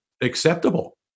acceptable